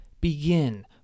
begin